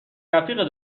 رفیق